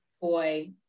boy